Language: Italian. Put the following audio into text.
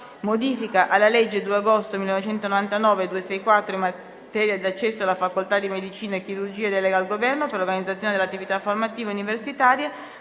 ***Modifica alla legge 2 agosto 1999, n. 264, in materia di accesso alla facoltà di medicina e chirurgia e delega al Governo per l'organizzazione delle attività formative universitarie